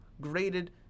graded